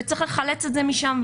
וצריך לחלץ את זה משם,